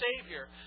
Savior